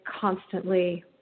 constantly –